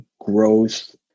growth